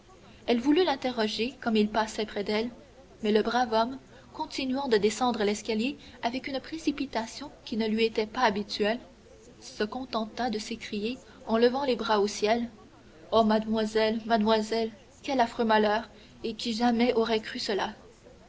elle voulut l'interroger comme il passait près d'elle mais le brave homme continuant de descendre l'escalier avec une précipitation qui ne lui était pas habituelle se contenta de s'écrier en levant les bras au ciel ô mademoiselle mademoiselle quel affreux malheur et qui jamais aurait cru cela